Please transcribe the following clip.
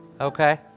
Okay